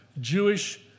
Jewish